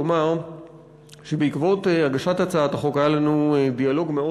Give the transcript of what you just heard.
לומר שבעקבות הגשת הצעת החוק היה לנו דיאלוג מאוד